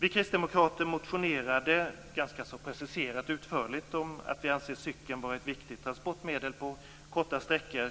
Vi kristdemokrater motionerade ganska precist och utförligt om att vi anser cykeln vara ett viktigt transportmedel på korta sträckor.